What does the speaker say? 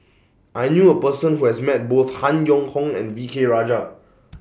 I knew A Person Who has Met Both Han Yong Hong and V K Rajah